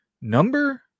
Number